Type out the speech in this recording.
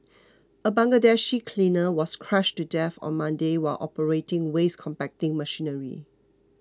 a Bangladeshi cleaner was crushed to death on Monday while operating waste compacting machinery